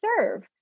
serve